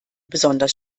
besonders